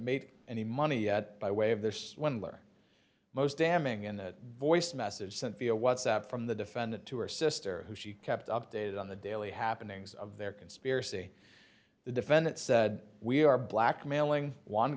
made any money yet by way of the most damning in the voice message sent via whatsapp from the defendant to her sister who she kept updated on the daily happenings of their conspiracy the defendant said we are blackmailing